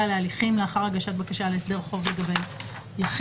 להליכים לאחר הגשת בקשה להסדר חוב לגבי יחיד.